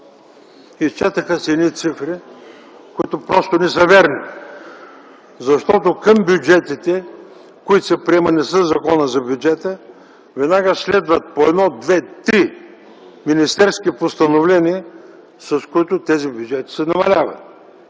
Изчетоха се едни цифри, които просто не са верни, защото към бюджетите, които са приемани със Закона за бюджета, веднага следват по едно, две, три министерски постановления, с които тези бюджети се намаляват.